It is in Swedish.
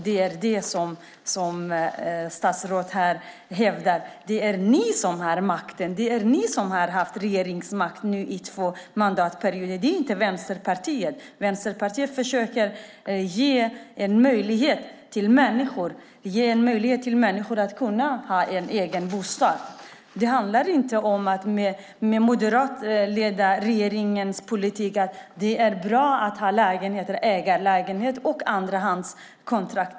Det är ni som har makten och har haft det i en dryg mandatperiod. Det är inte Vänsterpartiet. Vi försöker ge människor en möjlighet att få en egen bostad. Den handlar inte som i den moderatledda regeringens politik om att det är bra med ägarlägenheter och andrahandskontrakt.